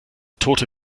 tote